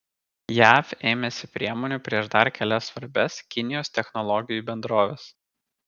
jav ėmėsi priemonių prieš dar kelias svarbias kinijos technologijų bendroves